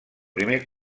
primer